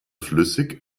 flüssig